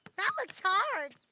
that looks hard.